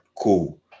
Cool